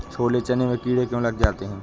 छोले चने में कीड़े क्यो लग जाते हैं?